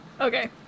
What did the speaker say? Okay